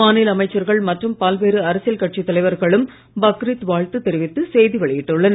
மாநில அமைச்சர்கள் மற்றும் பல்வேறு அரசியல் கட்சி தலைவர்களும் பக்ரீத் வாழ்த்து தெரிவித்து செய்தி வெளியிட்டு உள்ளனர்